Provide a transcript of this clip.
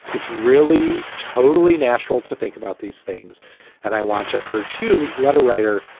it's really totally natural to think about these things and i want to urge you, letter writer,